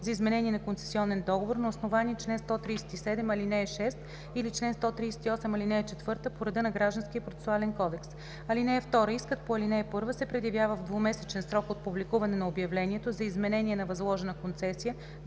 за изменение на концесионен договор на основание чл. 137, ал. 6 или чл. 138, ал. 4 по реда на Гражданския процесуален кодекс. (2) Искът по ал. 1 се предявява в двумесечен срок от публикуване на обявлението за изменение на възложена концесия